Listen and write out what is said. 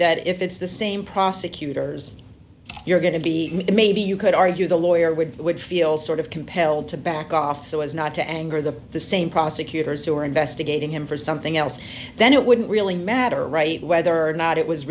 that if it's the same prosecutors you're going to be maybe you could argue the lawyer would would feel sort of compelled to back off so as not to anger the the same prosecutors who were investigating him for something else then it wouldn't really matter right whether or not it was